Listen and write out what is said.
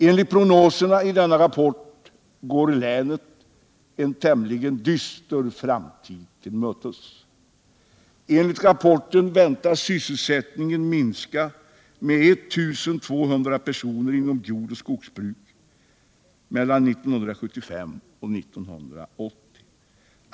Enligt prognoserna i denna rapport går länet en tämligen dyster framtid till mötes. Sysselsättningen väntas minska med 1 200 personer inom jordoch skogsbruk mellan 1975 och 1980.